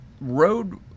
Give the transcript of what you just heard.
road